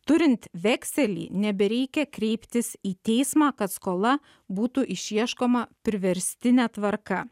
turint vekselį nebereikia kreiptis į teismą kad skola būtų išieškoma priverstine tvarka